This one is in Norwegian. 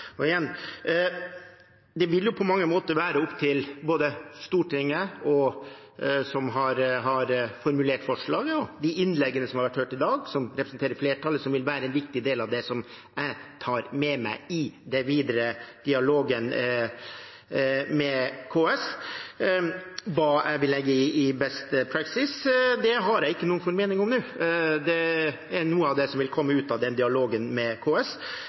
Det vil på mange måter være opp til Stortinget, som har formulert forslaget, og de som har holdt innlegg i dag, som representerer flertallet. Det vil være en viktig del av det jeg tar med meg i den videre dialogen med KS. Hva jeg vil legge i «beste praksis», har jeg ikke noen formening om nå. Det er noe av det som vil komme ut av den dialogen med KS.